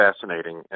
fascinating